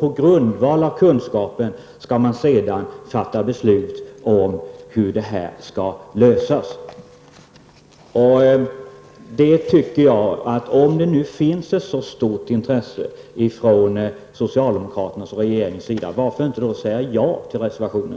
På grundval av kunskap skall man sedan fatta beslut om hur frågan skall lösas. Om det nu finns ett så stort intresse från socialdemokraternas och regeringens sida, varför inte säga ja till reservationen?